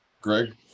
greg